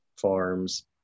farms